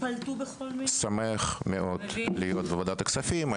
פלטו בכל מיני --- אני שמח מאוד להיות בוועדת הכספים,